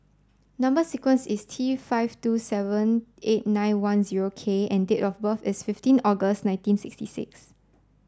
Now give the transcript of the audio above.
number sequence is T five two seven eight nine one zero K and date of birth is fifteen August nineteen sixty six